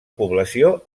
població